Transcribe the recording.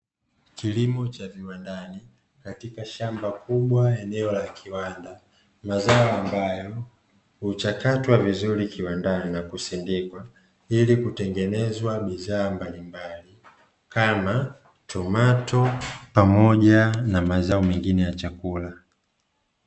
Kilimo cha viwandani katika shamba kubwa eneo la kiwanda, mazao ambayo huchakatwa vizuri kiwandani na kusindikwa ili kutengenezwa bidhaa mbalimbali, kama tomato pamoja na mazao mengine ya chakula.